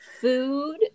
food